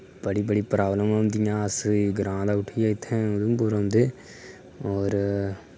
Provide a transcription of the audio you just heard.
बड़ी बड़ी प्राब्लम औंदियां अस इद्धर ग्रां दा उठियै उधमपुर औंदे और